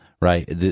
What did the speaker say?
right